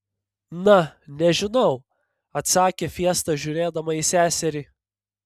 na nežinau atsakė fiesta žiūrėdama į seserį